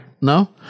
No